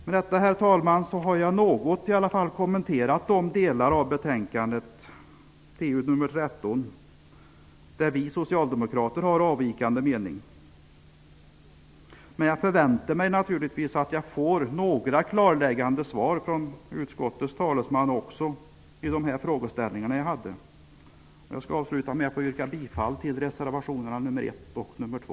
Med detta har jag något kommenterat de delar av betänkande TU13 där vi socialdemokrater har en avvikande mening. Jag förväntar mig att jag får några klarläggande svar från utskottets talesman på de frågor jag har. Jag skall avsluta med att yrka bifall till reservationerna nr 1 och nr 2.